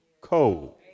cold